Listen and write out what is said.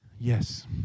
Yes